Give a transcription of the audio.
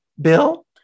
Bill